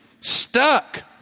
stuck